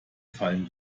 fallen